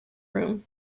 room